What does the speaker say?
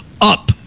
Up